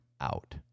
out